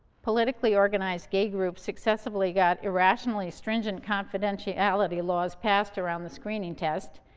politically organized gay groups successively got irrationally stringent confidentiality laws passed around the screening test,